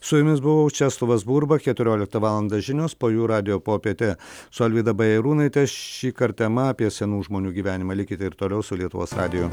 su jumis buvau česlovas burba keturioliktą valandą žinios po jų radijo popietė su alvyda bajarūnaite šįkart tema apie senų žmonių gyvenimą likite ir toliau su lietuvos radiju